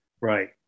right